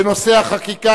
בנושא: החקיקה